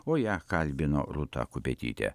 o ją kalbino rūta kupetytė